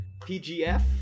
PGF